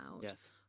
yes